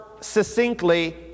succinctly